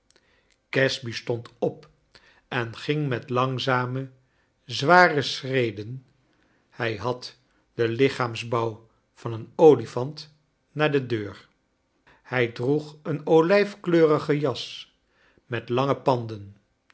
casby stond op en ging met langzame zware schreden hij had den lichaamsbouw van een oliphant naar de deur hij droeg een olijfkleurige jas met lange panden